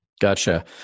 Gotcha